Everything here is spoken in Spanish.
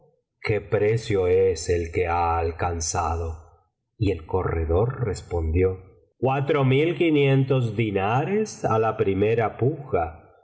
qué precio es el que ha alcanzado y el corredor respondió cuatro mil quinientos dinares á la primera puja